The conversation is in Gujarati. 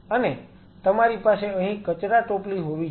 અને તમારી પાસે અહી કચરાટોપલી હોવી જોઈએ